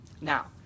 Now